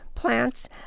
plants